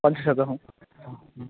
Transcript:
पञ्चशतं ह